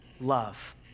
love